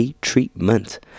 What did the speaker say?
treatment